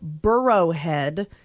Burrowhead